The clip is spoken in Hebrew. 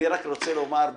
אני רק רוצה לומר,